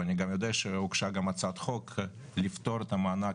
ואני גם יודע שהוגשה הצעת חוק לפטור את המענק